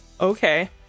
Okay